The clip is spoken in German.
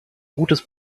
gutes